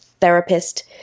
therapist